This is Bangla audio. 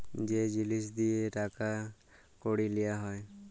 যে জিলিস দিঁয়ে টাকা কড়ি লিয়া হ্যয়